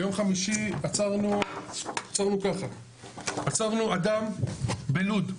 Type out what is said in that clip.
ביום חמישי, עצרנו אדם בלוד,